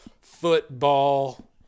football